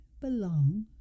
belong